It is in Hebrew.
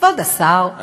כבוד השר, אוקיי.